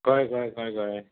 कळ्ळें कळ्ळें कळ्ळें कळ्ळें